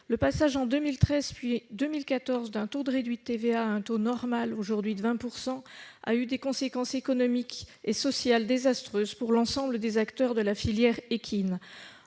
Le passage en 2013, puis en 2014, d'un taux réduit de TVA à un taux normal- aujourd'hui de 20 % -a eu des conséquences économiques et sociales désastreuses pour l'ensemble des acteurs de la filière équine.